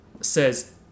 says